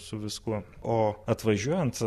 su viskuo o atvažiuojant